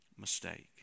mistake